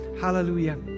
hallelujah